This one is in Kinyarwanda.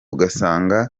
ugasanga